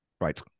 right